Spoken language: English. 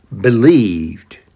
believed